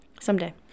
Someday